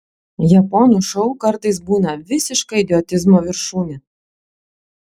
japonų šou kartais būna visiška idiotizmo viršūnė